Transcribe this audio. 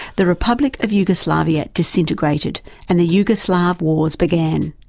the republic of yugoslavia disintegrated and the yugoslav wars began.